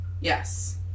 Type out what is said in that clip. yes